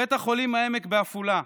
בית החולים העמק בעפולה.